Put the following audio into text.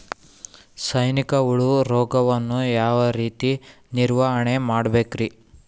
ಸೈನಿಕ ಹುಳು ರೋಗವನ್ನು ಯಾವ ರೇತಿ ನಿರ್ವಹಣೆ ಮಾಡಬೇಕ್ರಿ?